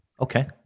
okay